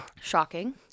Shocking